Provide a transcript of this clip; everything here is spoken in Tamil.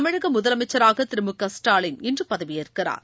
தமிழக முதலமைச்சராக திரு முகஸ்டாலின் இன்று பதவியேற்கிறார்